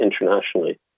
internationally